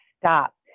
stop